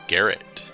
Garrett